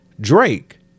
Drake